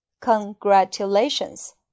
Congratulations